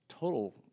total